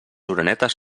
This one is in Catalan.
orenetes